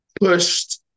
pushed